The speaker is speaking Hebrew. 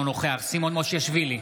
אינו נוכח סימון מושיאשוילי,